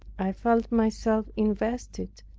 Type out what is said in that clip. i felt myself invested,